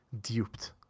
duped